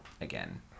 again